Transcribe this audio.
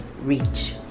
reach